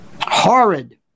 horrid